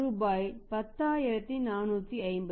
ரூபாய் 10450